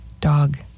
dog